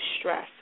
stress